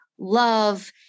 love